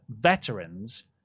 veterans